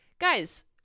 guys